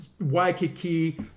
Waikiki